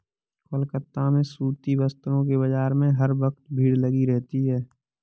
कोलकाता में सूती वस्त्रों के बाजार में हर वक्त भीड़ लगी रहती है